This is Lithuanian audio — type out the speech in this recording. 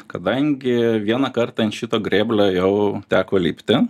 kadangi vieną kartą ant šito grėblio jau teko lipti